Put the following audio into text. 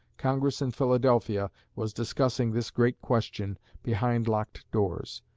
congress in philadelphia was discussing this great question behind locked doors.